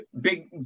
big